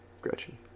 Gretchen